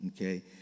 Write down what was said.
okay